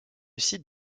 site